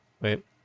Wait